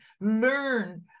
learn